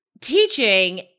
teaching